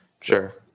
Sure